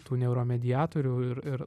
tų neuromediatorių ir ir